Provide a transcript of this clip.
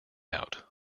out